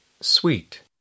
Sweet